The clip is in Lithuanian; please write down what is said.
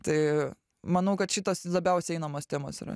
tai manau kad šitos labiausiai einamos temos yra